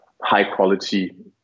high-quality